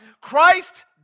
Christ